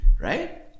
right